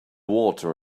water